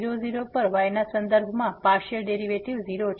તેથી 00 પર y ના સંદર્ભમાં પાર્સીઅલ ડેરીવેટીવ 0 છે